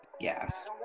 Yes